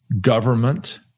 government